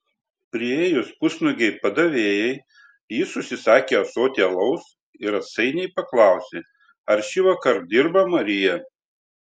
priėjus pusnuogei padavėjai jis užsisakė ąsotį alaus ir atsainiai paklausė ar šįvakar dirba marija